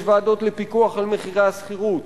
יש ועדות לפיקוח על מחירי השכירות